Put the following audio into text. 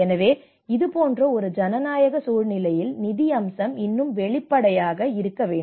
எனவே இது போன்ற ஒரு ஜனநாயக சூழ்நிலையில் நிதி அம்சம் இன்னும் வெளிப்படையாக இருக்க வேண்டும்